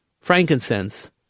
frankincense